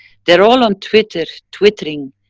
they are all on twitter, twittering,